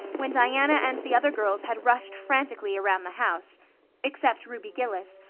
when diana and the other girls had rushed frantically around the house except ruby gillis,